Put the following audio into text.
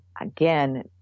again